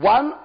One